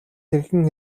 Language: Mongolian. хэрхэн